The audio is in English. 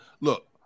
look